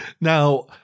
Now